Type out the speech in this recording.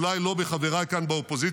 אולי לא מחבריי כאן באופוזיציה,